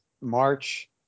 March